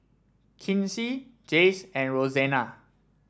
Kinsey Jayce and Rosena